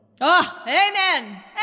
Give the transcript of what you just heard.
Amen